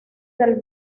del